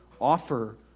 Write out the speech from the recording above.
offer